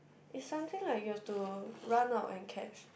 is something like you have to run out and catch